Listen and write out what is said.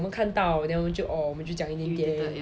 it's like 我们看到 then 我就 oh 我们就讲一点点